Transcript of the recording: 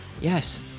Yes